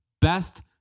Best